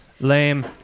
Lame